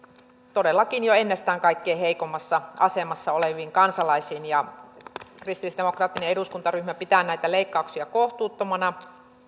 todellakin jo ennestään kaikkein heikoimmassa asemassa oleviin kansalaisiin ja kristillisdemokraattinen eduskuntaryhmä pitää näitä leikkauksia kohtuuttomina